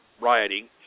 rioting